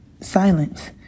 Silence